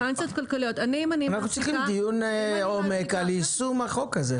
אנו צריכים דיון עומק על יישום החוק הזה.